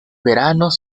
veranos